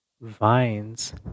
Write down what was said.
vines